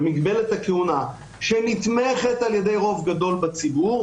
במגבלת הכהונה שנתמכת על ידי רוב גדול בציבור,